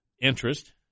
interest